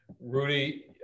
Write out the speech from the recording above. rudy